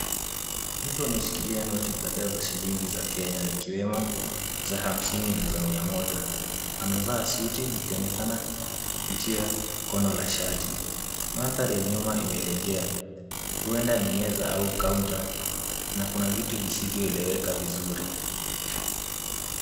Mtu ameshikilia noti kadhaa za shilingi za Kenya zikiwemo za hamsini na za mia moja. Amevaa suti ikionekana kupitia kono la shati. Mandhari ya nyuma imelegea, huenda ni meza au kaunta na kuna vitu visivyoeleweka vizuri